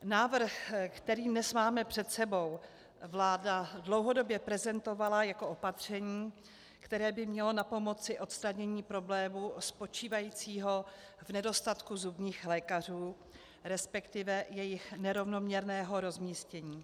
Návrh, který dnes máme před sebou, vláda dlouhodobě prezentovala jako opatření, které by mělo napomoci k odstranění problému spočívajícího v nedostatku zubních lékařů, resp. jejich nerovnoměrného rozmístění.